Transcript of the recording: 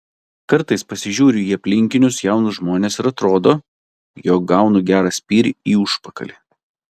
kartais pasižiūriu į aplinkinius jaunus žmones ir atrodo jog gaunu gerą spyrį į užpakalį